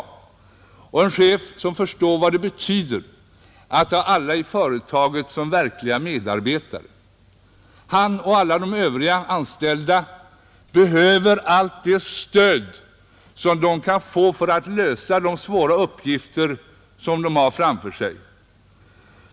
Det är en chef som förstår vad det betyder att ha alla i företaget som verkliga medarbetare, Han och alla de övriga anställda behöver allt det stöd de kan få för att lösa de svåra uppgifter de har framför sig.